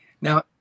now